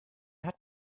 hat